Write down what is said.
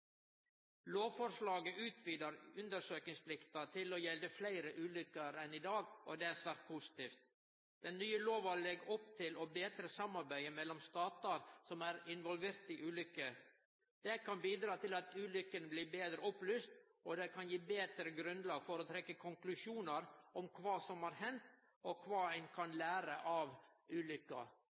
Lovforslaget utvidar undersøkingsplikta til å gjelde fleire ulykker enn i dag, og det er svært positivt. Den nye lova legg opp til å betre samarbeidet mellom statar som er involverte i ulykker. Det kan bidra til at ulykkene blir betre opplyste, og det kan gi betre grunnlag for å trekkje konklusjonar om kva som har hendt, og kva ein kan lære av ulykka.